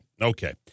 Okay